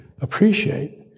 appreciate